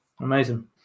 Amazing